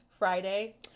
Friday